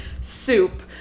soup